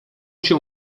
się